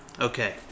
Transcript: Okay